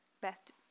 Beth